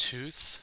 Tooth